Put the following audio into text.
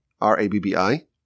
R-A-B-B-I